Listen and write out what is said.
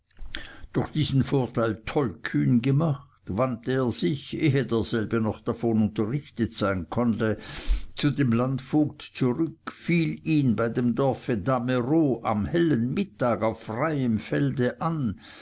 durch diesen vorteil tollkühn gemacht wandte er sich ehe derselbe noch davon unterrichtet sein konnte zu dem landvogt zurück fiel ihn bei dem dorfe damerow am hellen mittag auf freiem felde an